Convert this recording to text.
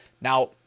Now